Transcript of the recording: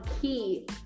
key